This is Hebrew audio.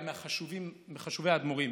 הוא היה מחשובי האדמו"רים.